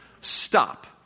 stop